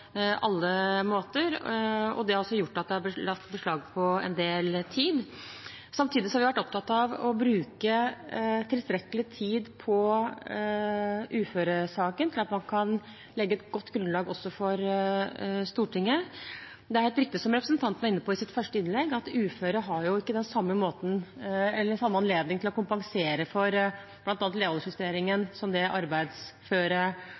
alle måter. Det har gjort at dette har lagt beslag på en del tid. Samtidig har vi vært opptatt av å bruke tilstrekkelig tid på uføresaken til at man kan legge et godt grunnlag også for Stortinget. Det er helt riktig, som representanten Christoffersen var inne på i sitt første innlegg, at uføre ikke har samme anledning til å kompensere for